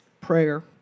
Prayer